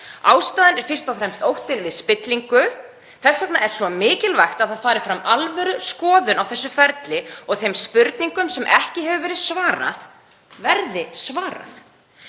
Ástæðan er fyrst og fremst óttinn við spillingu. Þess vegna er svo mikilvægt að fram fari alvöruskoðun á þessu ferli og að þeim spurningum sem ekki hefur verið svarað verði svarað,